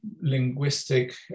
linguistic